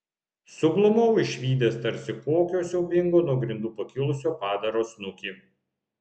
suglumau išvydęs tarsi kokio siaubingo nuo grindų pakilusio padaro snukį